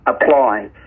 apply